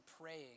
praying